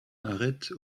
arrête